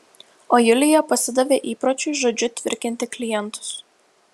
o julija pasidavė įpročiui žodžiu tvirkinti klientus